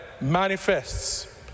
manifests